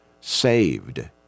saved